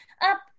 up